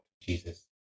Jesus